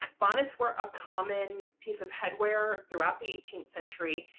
bonnets were a common piece of headwear throughout the eighteenth century,